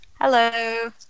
Hello